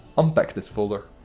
unpack this folder.